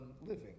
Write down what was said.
living